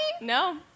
No